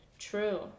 true